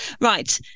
Right